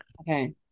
Okay